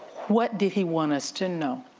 what did he want us to know?